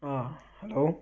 ஆ hello